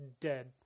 dead